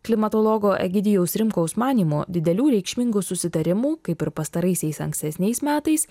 klimatologo egidijaus rimkaus manymu didelių reikšmingų susitarimų kaip ir pastaraisiais ankstesniais metais